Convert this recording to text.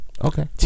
Okay